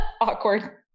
Awkward